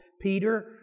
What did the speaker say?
Peter